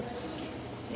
சரி